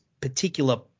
particular